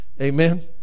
Amen